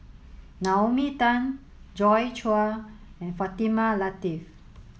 Naomi Tan Joi Chua and Fatimah Lateef